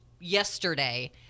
yesterday